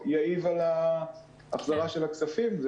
שהסוגיה של פיצול המשרדים לא תעיב על החזרת הכספים.